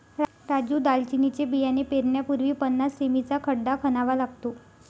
राजू दालचिनीचे बियाणे पेरण्यापूर्वी पन्नास सें.मी चा खड्डा खणावा लागतो